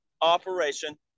operation